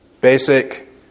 basic